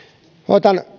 otan